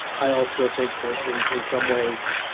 i also think that, in in some ways,